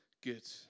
good